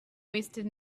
wasted